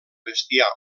bestiar